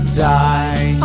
die